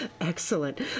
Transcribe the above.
Excellent